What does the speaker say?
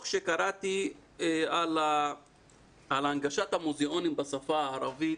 שקראתי על הנגשת המוזיאונים בשפה הערבית,